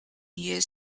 here